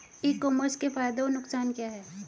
E commerce के फायदे और नुकसान क्या हैं?